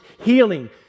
healing